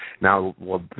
Now